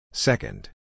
Second